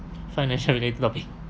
financial related topic